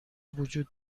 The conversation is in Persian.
وجود